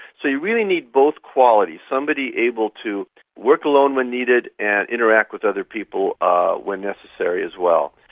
so you really need both qualities somebody able to work alone when needed and interact with other people ah when necessary as well.